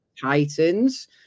Titans